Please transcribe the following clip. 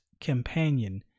companion